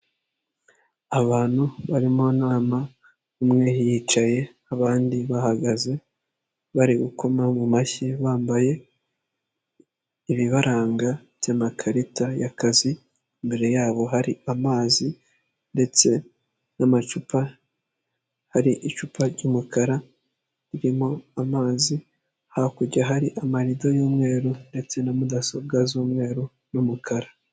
Abantu bari mu nama umwe yicaye abandi bahagaze bari gukoma mu mashyi bambaye ibibaranga by'amakarita y'akazi, imbere yabo hari amazi ndetse n'amacupa, hari icupa ry'umukara ririmo amazi, hakurya hari amarido y'umweru ndetse na mudasobwa z'umweru n'umukara.